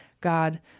God